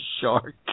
shark